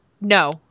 no